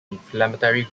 inflammatory